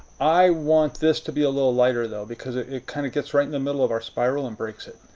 i want this to be a little lighter though, because it it kind of gets right in the middle of our spiral and breaks it.